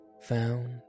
found